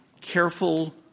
careful